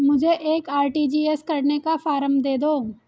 मुझे एक आर.टी.जी.एस करने का फारम दे दो?